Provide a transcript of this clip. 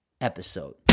episode